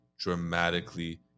dramatically